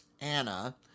Anna